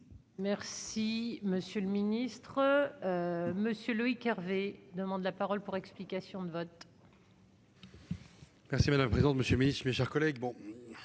Merci monsieur le ministre, monsieur Loïc Hervé demande la parole pour explication de vote. Merci madame président monsieur Miss, mes chers collègues,